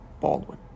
Baldwin